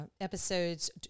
episodes